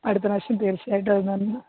അടുത്ത പ്രാവശ്യം തീർച്ചയായിട്ടും